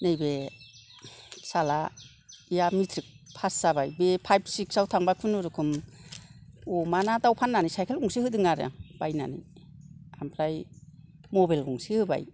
नैबे फिसालाया matric pass जाबाय बे फाइब सिक्सआव थांबाय खुनुरुखुम अमाना दाव फाननानै साइकेल गंसे होदों आरो आं बायनानै आमफ्राय मबाइल गंसे होबाय